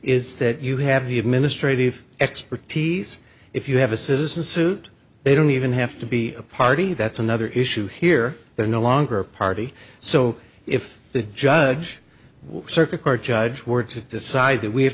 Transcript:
is that you have the administrative expertise if you have a citizen suit they don't even have to be a party that's another issue here they're no longer a party so if the judge circuit court judge were to decide that we have